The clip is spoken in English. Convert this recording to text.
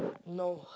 no